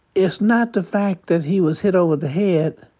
it's not the fact that he was hit over the head.